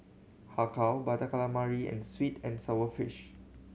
Har Kow Butter Calamari and sweet and sour fish